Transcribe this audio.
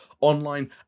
online